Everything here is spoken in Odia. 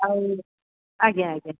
ଆଉ ଆଜ୍ଞା ଆଜ୍ଞା